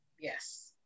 Yes